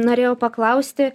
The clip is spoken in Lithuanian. norėjau paklausti